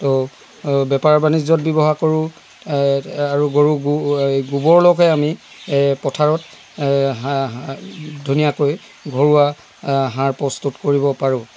ত' বেপাৰ বাণিজ্যত ব্যৱহাৰ কৰো আৰু গৰু গোবৰলৈকে আমি পথাৰত সা ধুনীয়াকৈ ঘৰুৱা সাৰ প্ৰস্তুত কৰিব পাৰো